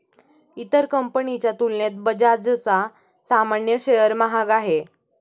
इतर कंपनीच्या तुलनेत बजाजचा सामान्य शेअर महाग आहे